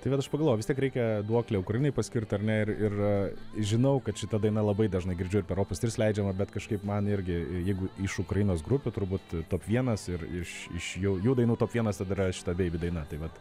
tai kad aš pagalvojau vis tiek reikia duoklę ukrainai paskirt ar ne ir ir žinau kad šita daina labai dažnai girdžiu ir per opus tris leidžiamą bet kažkaip man irgi jeigu iš ukrainos grupių turbūt vienas ir iš iš jau jų dainų top vienas ir dar yra šita beibi daina tai vat